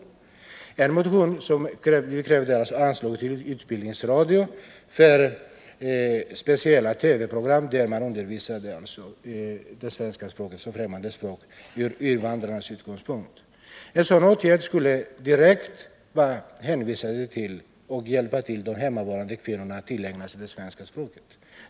I en motion begär vi anslag till Utbildningsradion, där speciella TV-program med utgångspunkt i invandrarnas situation kunde ge undervisning i det svenska språket. En sådan åtgärd skulle direkt hjälpa de hemmavarande kvinnorna att tillägna sig det svenska språket.